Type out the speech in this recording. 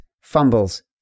fumbles